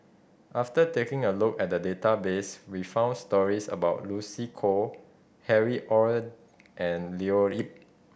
after taking a look at the database we found stories about Lucy Koh Harry Ord and Leo Yip